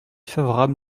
favorable